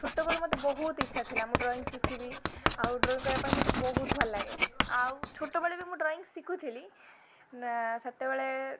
ଛୋଟବେଳୁ ମତେ ବହୁତ ଇଚ୍ଛା ଥିଲା ମୁଁ ଡ୍ରଇଂ ଶିଖିବି ଆଉ ଡ୍ରଇଂ କରିବା ପାଇଁ ମତେ ବହୁତ ଭଲ ଲାଗେ ଆଉ ଛୋଟବେଳେ ବି ମୁଁ ଡ୍ରଇଂ ଶିଖୁଥିଲି ନା ସେତେବେଳେ